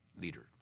leader